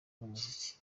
y’umuziki